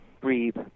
breathe